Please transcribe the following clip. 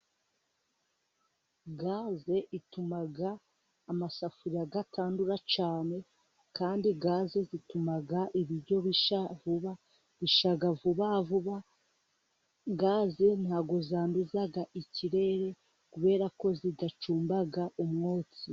Gaze ituma amasafuriya atandura cyane, kandi gaze zituma ibiryo bishya vuba, bishya vuba vuba, gaze ntabwo zanduza ikirere kubera ko zidacumba umwotsi.